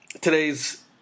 Today's